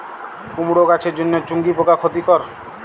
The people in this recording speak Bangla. কুমড়ো গাছের জন্য চুঙ্গি পোকা ক্ষতিকর?